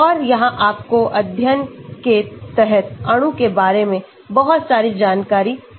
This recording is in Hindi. और यह आपको अध्ययन के तहत अणु के बारे में बहुत सारी जानकारी देता है